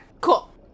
cool